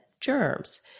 germs